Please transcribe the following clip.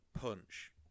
punch